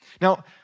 Now